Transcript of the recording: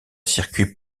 circuit